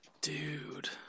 dude